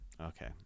Okay